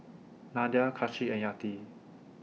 Nadia Kasih and Yati